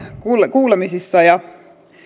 kuulemisissa ja